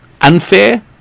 Unfair